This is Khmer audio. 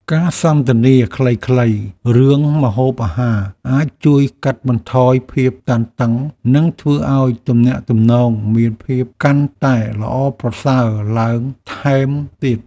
ការសន្ទនាខ្លីៗរឿងម្ហូបអាហារអាចជួយកាត់បន្ថយភាពតានតឹងនិងធ្វើឱ្យទំនាក់ទំនងមានភាពកាន់តែល្អប្រសើរឡើងថែមទៀត។